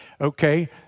Okay